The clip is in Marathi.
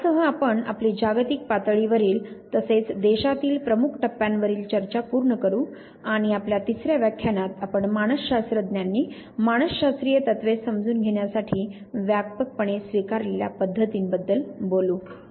तर यासह आपण आपली जागतिक पातळीवरील तसेच देशातील प्रमुख टप्यांवरील चर्चा पूर्ण करु आणि आपल्या तिसर्या व्याख्यानात आपण मानस शास्त्रज्ञांनी मानस शास्त्रीय तत्त्वे समजून घेण्यासाठी व्यापक पणे स्वीकारलेल्या पद्धतींबद्दल बोलू